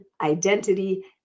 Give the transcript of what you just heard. identity